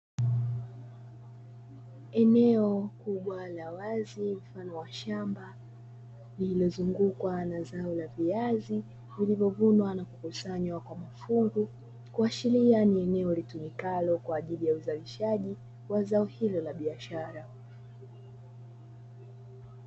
Eneo kubwa la wazi mfano wa shamba lilozungukwa na zao la viazi vilivyovunwa na kukusanywa kwa mafungu kuashiria ni eneo litumikalo kwa ajili ya uzalishaji wa zao hilo la biashara.